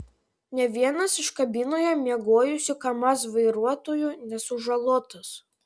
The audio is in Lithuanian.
nė vienas iš kabinoje miegojusių kamaz vairuotojų nesužalotas